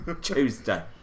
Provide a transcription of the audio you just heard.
Tuesday